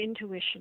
intuition